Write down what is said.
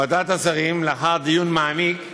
ועדת השרים, לאחר דיון מעמיק,